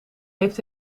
heeft